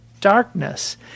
darkness